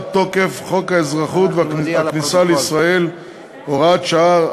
תוקף חוק האזרחות והכניסה לישראל (הוראת שעה),